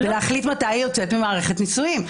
ולהחליט מתי היא יוצאת ממערכת נישואים.